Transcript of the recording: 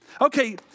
Okay